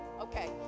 okay